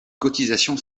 cotisations